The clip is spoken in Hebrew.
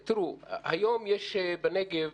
תראו, היום יש בנגב